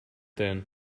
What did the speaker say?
then